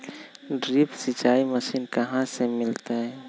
Drip सिंचाई machine कहाँ से मिलतै?